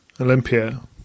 Olympia